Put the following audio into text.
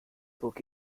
book